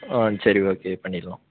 ஆ சரி ஓகே பண்ணிடலாம்